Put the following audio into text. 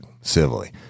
civilly